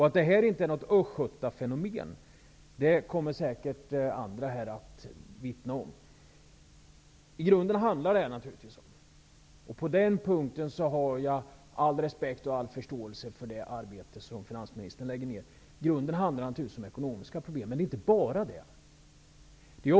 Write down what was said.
Att detta inte är ett Östgötafenomen kommer säkert andra här att vittna om. I grunden handlar det naturligtvis om ekonomiska problem. På denna punkt har jag all respekt och all förståelse för det arbete som finansministern lägger ner. Men det är inte bara fråga om detta.